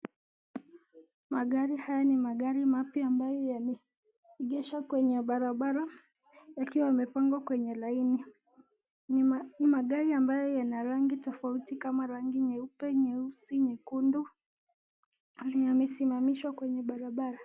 Magari haya ni magari mapya ambayo yameegeshwa kwenye barabara, yakiwa yamepangwa kwenye laini. Ni magari ambayo yana rangi tofauti kama rangi nyeupe, nyeusi, nyekundu, yaliyosimamishwa kwenye barabara.